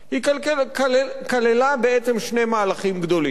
היא כללה בעצם שני מהלכים גדולים.